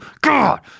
God